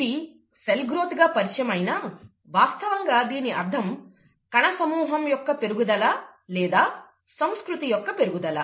ఇది cell growth గా పరిచయం అయినా వాస్తవంగా దీని అర్థం కణసమూహం యొక్క పెరుగుదల లేదా సంస్కృతి యొక్క పెరుగుదల